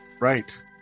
Right